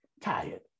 tired